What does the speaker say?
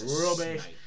rubbish